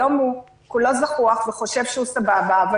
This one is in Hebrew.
היום הוא כולו זחוח וחושב שהוא סבבה אבל